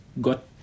got